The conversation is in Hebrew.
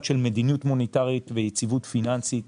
של מדיניות מוניטרית ויציבות פיננסית,